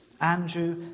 Andrew